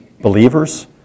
believers